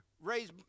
raise